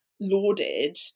lauded